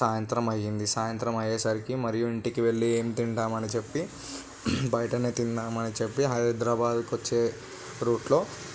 సాయంత్రం అయ్యింది సాయంత్రం అయ్యేసరికి మరియు ఇంటికి వెళ్ళి ఏం తిందామని చెప్పి బయట తిందామని చెప్పి హైదరాబాదుకు వచ్చే రూట్లో